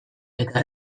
eta